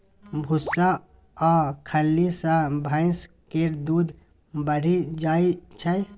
भुस्सा आ खल्ली सँ भैंस केर दूध बढ़ि जाइ छै